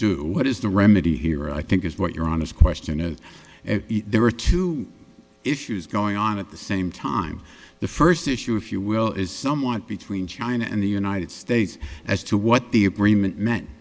do what is the remedy here i think is what your honest question is there are two issues going on at the same time the first issue if you will is some want between china and the united states as to what the agreement met